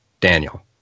Daniel